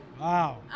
Wow